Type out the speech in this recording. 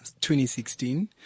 2016